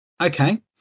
okay